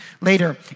later